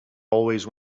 always